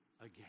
again